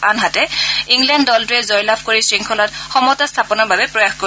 আনহাতে ইংলেণ্ড দলটোৱে জয়লাভ কৰি শৃংখলাত সমতা স্থাপনৰ বাবে প্ৰয়াস কৰিব